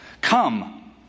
Come